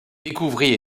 découvrit